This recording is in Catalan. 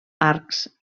arcs